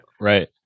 Right